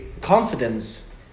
Confidence